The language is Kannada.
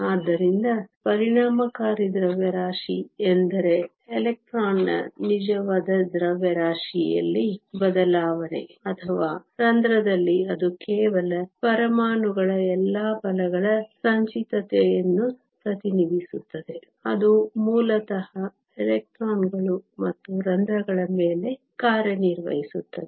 ಆದ್ದರಿಂದ ಪರಿಣಾಮಕಾರಿ ದ್ರವ್ಯರಾಶಿ ಎಂದರೆ ಎಲೆಕ್ಟ್ರಾನ್ನ ನಿಜವಾದ ದ್ರವ್ಯರಾಶಿಯಲ್ಲಿ ಬದಲಾವಣೆ ಅಥವಾ ರಂಧ್ರದಲ್ಲಿ ಅದು ಕೇವಲ ಪರಮಾಣುಗಳ ಎಲ್ಲಾ ಬಲಗಳ ಸಂಚಿತತೆಯನ್ನು ಪ್ರತಿನಿಧಿಸುತ್ತದೆ ಅದು ಮೂಲತಃ ಎಲೆಕ್ಟ್ರಾನ್ಗಳು ಮತ್ತು ರಂಧ್ರಗಳ ಮೇಲೆ ಕಾರ್ಯನಿರ್ವಹಿಸುತ್ತದೆ